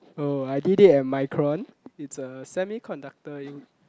oh I did it at Micron it's a semiconductor inc